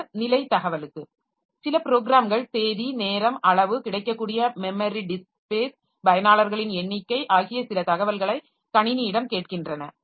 பின்னர் நிலை தகவலுக்கு சில ப்ரோக்ராம்கள் தேதி நேரம் அளவு கிடைக்கக்கூடிய மெமரி டிஸ்க் ஸ்பேஸ் பயனாளர்களின் எண்ணிக்கை ஆகிய சில தகவல்களை கணினியிடம் கேட்கின்றன